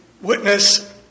witness